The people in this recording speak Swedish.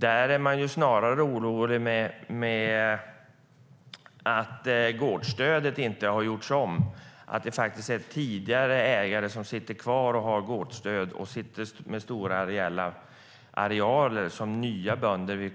Snarare är man orolig för att gårdsstödet inte har gjorts om, att tidigare ägare har kvar gårdsstödet och sitter med stora arealer som nya bönder vill